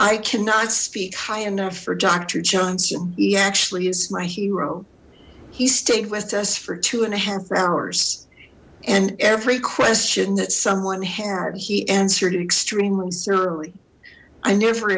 i cannot speak high enough for doctor johnson he actually is my hero he stayed with us for two and a half hours and every question that someone had he answered extremely thoroughly i never